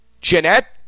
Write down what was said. Jeanette